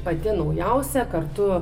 pati naujausia kartu